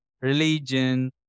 religion